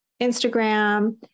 Instagram